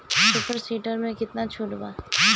Super seeder मै कितना छुट बा?